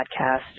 podcast